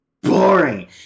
boring